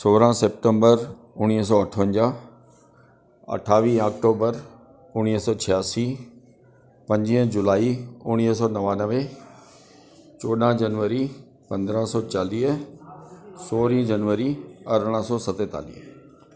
सोरहं सेप्टेंबर उणिवीह सौ अठवंजाह अठावीह अक्टूबर उणिवीह सौ छियासी पंजवीह जुलाई उणिवीह सौ नवानवे चोॾहं जनवरी पंद्रहं सौ चालीह सोरहीं जनवरी अरिड़हं सौ सतेतालीह